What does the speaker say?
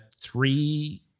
three